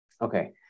Okay